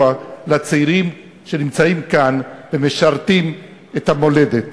לצעירים שנמצאים כאן ומשרתים את המולדת.